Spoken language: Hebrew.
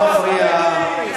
אם אתה לא מכיר בעיתון "הארץ",